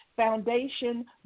foundation